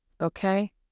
Okay